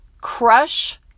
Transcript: crush